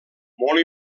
molt